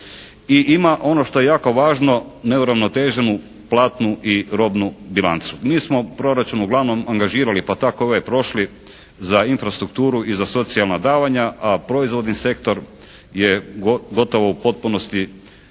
ima ono što je jako važno neuravnoteženu platnu i robnu bilancu. Mi smo u proračunu glavnom angažirali pa tako i ovaj prošli za infrastrukturu i za socijalna davanja, a proizvodni sektor je gotovo u potpunosti